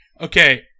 Okay